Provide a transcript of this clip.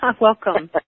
Welcome